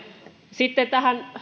sitten tähän